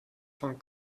von